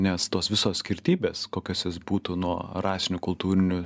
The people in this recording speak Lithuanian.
nes tos visos skirtybės kokios jos būtų nuo rasinių kultūrinių